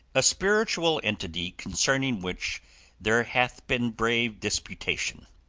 a spiritual entity concerning which there hath been brave disputation.